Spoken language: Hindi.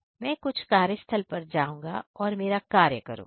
तो मैं कुछ कार्यस्थल पर जाऊंगा और मेरा कार्य करूंगा